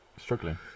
struggling